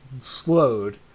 slowed